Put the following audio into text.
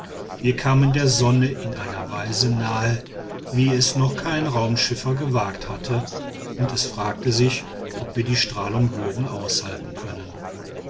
wir kamen der sonne in einer weise nahe wie es noch kein raumschiffer gewagt hatte und es fragte sich ob wir die strahlung würden aushalten können